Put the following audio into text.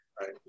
Right